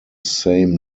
same